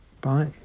Bye